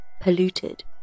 polluted